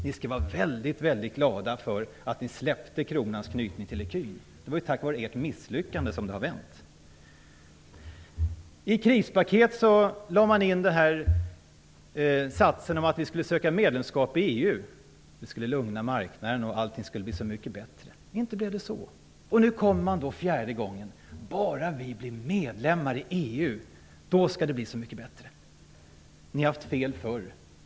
Ni skall vara väldigt glada för att ni släppte kronans knytning till ecun. I krispaketet lade man in satsen om att vi skulle söka medlemskap i EU. Det skulle lugna marknaden och allt skulle bli så mycket bättre. Inte blev det så. Nu kommer man en fjärde gång och säger: Bara vi blir medlemmar i EU, då skall det blir så mycket bättre. Ni har haft fel förr.